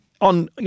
on